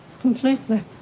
Completely